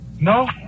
No